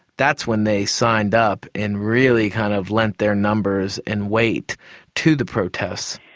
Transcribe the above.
that's when they signed up and really kind of lent their numbers in weight to the protests.